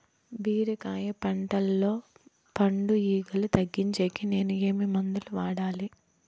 బీరకాయ పంటల్లో పండు ఈగలు తగ్గించేకి నేను ఏమి మందులు వాడాలా?